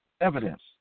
evidence